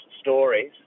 stories